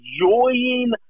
enjoying